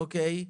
אוקיי.